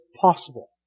possible